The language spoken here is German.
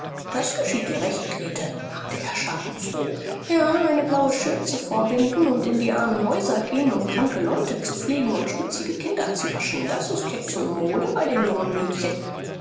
das geschieht dir recht grete machte er schadenfroh ja eine blaue schürze vorbinden und in die armen häuser gehen um kranke leute zu pflegen und schmutzige kinder zu waschen das ist jetzt so mode bei den jungen mädchen